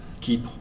keep